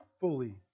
fully